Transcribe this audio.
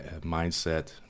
mindset